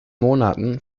monaten